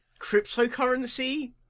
Cryptocurrency